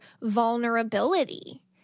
vulnerability